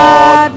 God